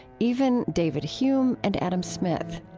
even david hume and adam smith.